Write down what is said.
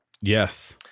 Yes